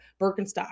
Birkenstock